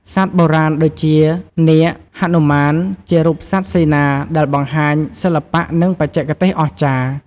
សត្វបុរាណដូចជា នាគ, ហនុមាន ជារូបសត្វសេនាដែលបង្ហាញសិល្បៈ និងបច្ចេកទេសអស្ចារ្យ។